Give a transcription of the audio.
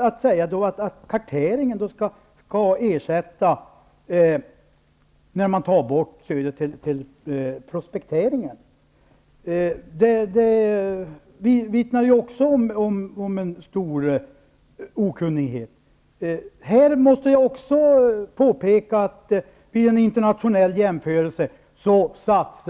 Att då säga att karteringen skall vara en ersättning för att man tar bort stödet till prospekteringen vittnar också om stor okunnighet. Här måste jag också påpeka att Sverige vid en internationell jämförelse satsat